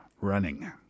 running